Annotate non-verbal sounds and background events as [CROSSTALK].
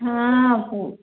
हाँ [UNINTELLIGIBLE]